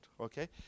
Okay